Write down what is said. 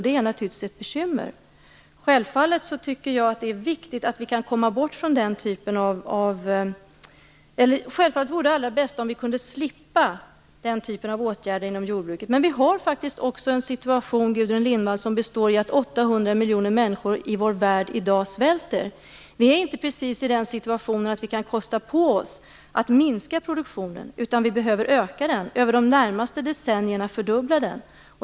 Det är naturligtvis ett bekymmer. Självfallet vore det allra bästa om vi kunde slippa den typen av åtgärder inom jordbruket. Men vi har faktiskt också en situation, Gudrun Lindvall, där 800 miljoner människor i vår värld svälter i dag. Vi är inte precis i den situationen att vi kan kosta på oss att minska produktionen utan vi behöver öka den. Över de närmaste decennierna behöver vi fördubbla den.